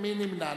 הרחבת תחולה),